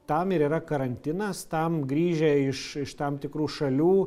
tam ir yra karantinas tam grįžę iš iš tam tikrų šalių